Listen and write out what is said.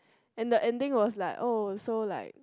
and the ending was like oh so like